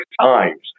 times